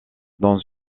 dans